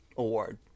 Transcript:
award